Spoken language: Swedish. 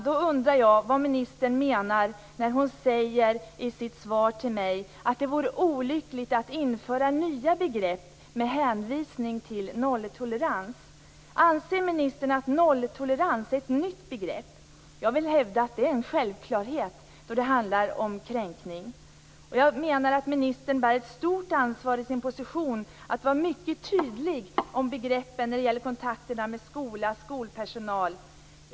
Jag undrar vad ministern menar när hon i sitt svar säger till mig att det vore olyckligt att införa nya begrepp med hänvisning till nolltolerans. Anser ministern att nolltolerans är ett nytt begrepp? Jag hävdar att det är en självklarhet då det handlar om kränkning. Jag menar att ministern i sin position bär ett stort ansvar att vara mycket tydlig i fråga om begreppen i kontakterna med skola och skolpersonal.